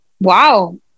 Wow